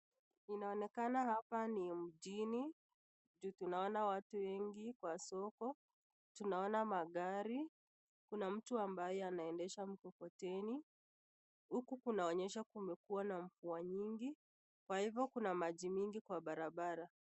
Inaonekana hapa ni mjini. Tunaona watu wengi wa soko, tunaona magari. Kuna mtu ambaye anaendesha mkokoteni. Huku kunaonyesha kumekua na mvua nyingi kwa hivo kuna maji mingi kwa barabara.